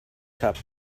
cup